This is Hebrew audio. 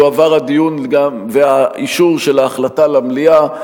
יועבר הדיון והאישור של ההחלטה למליאה,